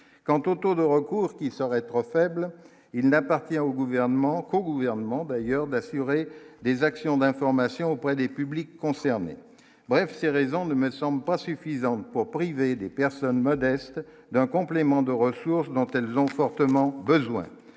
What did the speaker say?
quant au taux de recours qui serait trop faible, il n'appartient au gouvernement, au gouvernement d'ailleurs d'assurer des actions d'information auprès des publics concernés, bref, ces raisons ne me semblent pas suffisantes pour priver les personnes modestes d'un complément de ressources dont elles ont fortement besoin